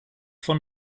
von